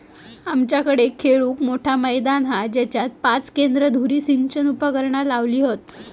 आमच्याकडे खेळूक मोठा मैदान हा जेच्यात पाच केंद्र धुरी सिंचन उपकरणा लावली हत